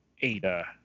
Ada